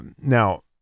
Now